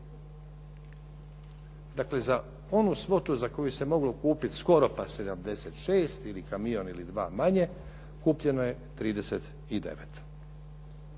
Dakle, za onu svotu za koju se moglo kupiti skoro pa 76 ili kamion ili dva manje, kupljeno je 39.